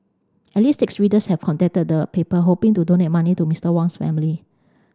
at least six readers have contacted the paper hoping to donate money to Mister Wang's family